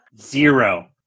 Zero